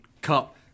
cup